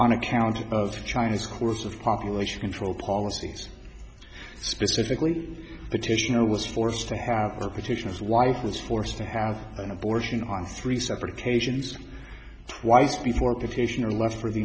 on account of china's course of population control policies specifically the titian it was forced to have a petition his wife was forced to have an abortion on three separate occasions twice before petitioner left for the